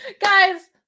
Guys